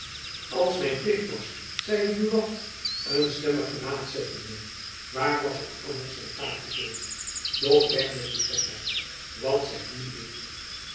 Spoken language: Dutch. als mijn plicht was zeide buat een stemmig jacob van lennep elizabeth musch gelaat zettende waar was ik anders zijn paadje voor doch weg met die gekheid wat zegt die brief